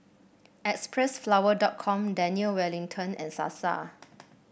Xpressflower dot com Daniel Wellington and Sasa